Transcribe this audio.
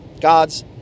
God's